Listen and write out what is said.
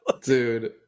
dude